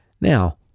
Now